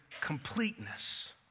completeness